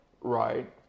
right